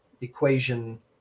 equation